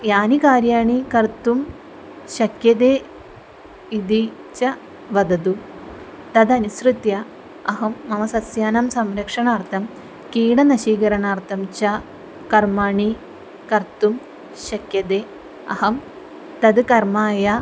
यानि कार्याणि कर्तुं शक्यते इति च वदतु तदनुसृत्य अहं मम सस्यानां संरक्षणार्थं कीटनाशकरणार्थं च कर्माणि कर्तुं शक्यते अहं तत् कर्माय